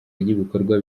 ry’ibikorwa